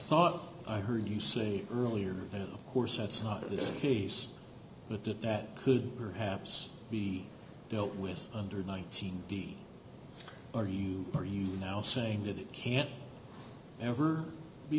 thought i heard you say earlier course that's not this case look at that could perhaps be dealt with under nineteen are you are you now saying that it can't ever be